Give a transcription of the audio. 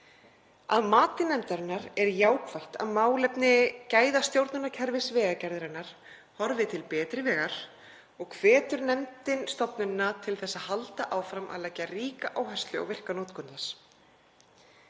Að mati nefndarinnar er jákvætt að málefni gæðastjórnunarkerfis Vegagerðarinnar horfi til betri vegar og hvetur nefndin stofnunina til að halda áfram að leggja ríka áherslu á virka notkun þess.